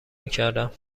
میکردم